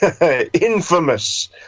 infamous